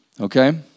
okay